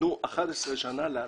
נתנו 11 שנה להתאמות.